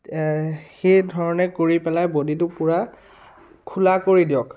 সেইধৰণে কৰি পেলাই বডীটো পূৰা খোলা কৰি দিয়ক